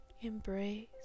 embrace